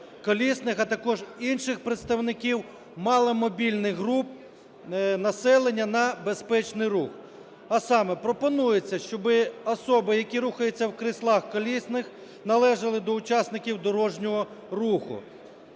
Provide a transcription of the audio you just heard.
а також інших представників маломобільних груп населення, на безпечний рух. А саме пропонується, щоб особи, які рухаються в кріслах колісних, належали до учасників дорожнього руху.